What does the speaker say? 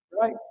right